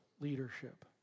leadership